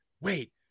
wait